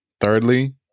thirdly